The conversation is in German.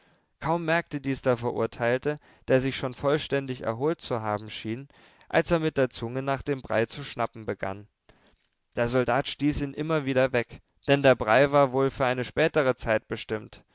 kaum merkte dies der verurteilte der sich schon vollständig erholt zu haben schien als er mit der zunge nach dem brei zu schnappen begann der soldat stieß ihn immer wieder weg denn der brei war wohl für eine spätere zeit bestimmt